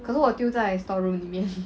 可是我丢在 store room 里面